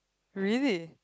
really